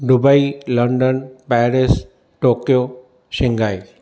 Dubai London Paris Tokyo Shanghai